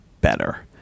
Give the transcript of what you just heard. better